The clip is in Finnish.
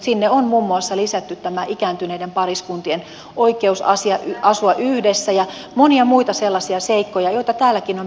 sinne on muun muassa lisätty tämä ikääntyneiden pariskuntien oikeus asua yhdessä ja monia muita sellaisia seikkoja joita täälläkin on peräänkuulutettu